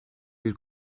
bir